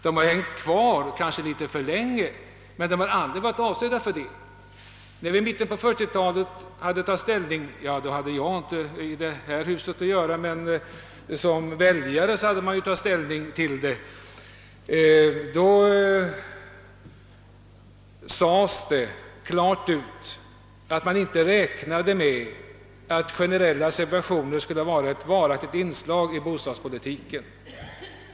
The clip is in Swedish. Bestämmelserna har funnits kvar, men de har aldrig varit avsedda att bli beständiga. När vi i mitten på 1940-talet hade att ta ställning till frågan sades det klart ifrån att man inte räknade med att de generella subventiocnerna skulle bli ett varaktigt inslag i bostadspolitiken.